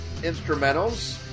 instrumentals